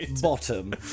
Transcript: bottom